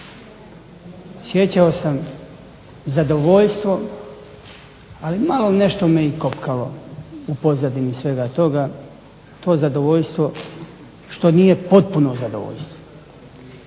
Osjećao sam zadovoljstvo ali me malo nešto i kopkalo u pozadini svega toga, to zadovoljstvo što nije potpuno zadovoljstvo.